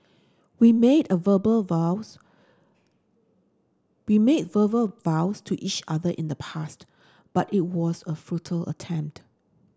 we made verbal vows we made verbal vows to each other in the past but it was a futile attempt